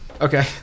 Okay